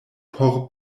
por